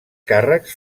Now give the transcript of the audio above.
càrrecs